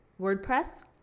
WordPress